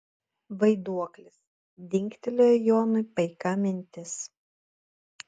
vaiduoklis dingtelėjo jonui paika mintis